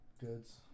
Goods